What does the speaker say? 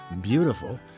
Beautiful